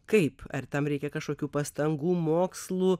kaip ar tam reikia kažkokių pastangų mokslų